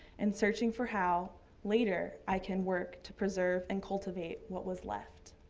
and searching for how later i can work to preserve and cultivate what was left.